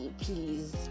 please